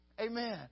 Amen